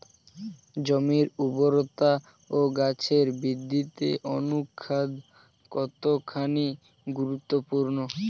জমির উর্বরতা ও গাছের বৃদ্ধিতে অনুখাদ্য কতখানি গুরুত্বপূর্ণ?